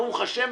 ברוך השם,